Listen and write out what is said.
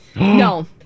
No